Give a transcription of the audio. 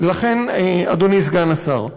אדוני סגן השר,